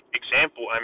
example